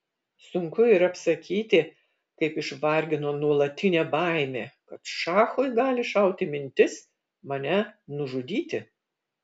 sunku ir apsakyti kaip išvargino nuolatinė baimė kad šachui gali šauti mintis mane nužudyti